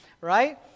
Right